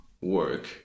work